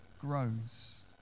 grows